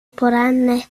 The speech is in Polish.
poranne